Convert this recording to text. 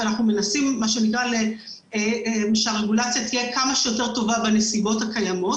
לכן אנחנו מנסים שהרגולציה תהיה כמה שיותר טובה בנסיבות הקיימות.